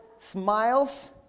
smiles